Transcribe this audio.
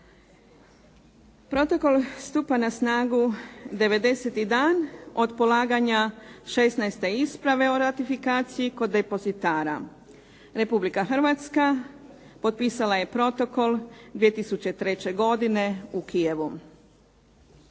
Protokol stupa na snagu 90. dan od polaganja 16 isprave o ratifikaciji kod depozitara. Republika Hrvatska potpisala je protokol 2003. godine u Kijevu.